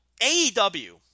AEW